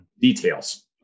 Details